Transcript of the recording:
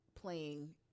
playing